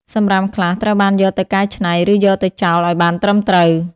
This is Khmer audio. សំរាមខ្លះត្រូវបានយកទៅកែច្នៃ ឬយកទៅចោលឱ្យបានត្រឹមត្រូវ។